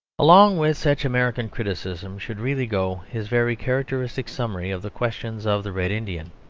along with such american criticism should really go his very characteristic summary of the question of the red indian.